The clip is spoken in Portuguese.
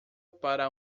para